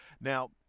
Now